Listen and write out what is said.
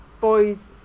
Boys